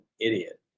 idiot